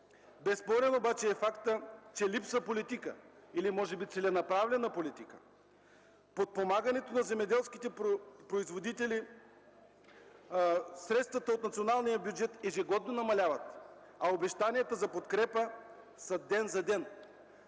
Безспорен обаче е фактът, че липсва политика или може би целенасочена политика. За подпомагането на земеделските производители средствата от националния бюджет ежегодно намаляват, а обещанията за подкрепа са ден за ден.